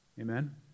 Amen